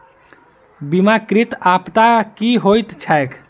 बीमाकृत आपदा की होइत छैक?